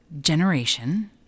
generation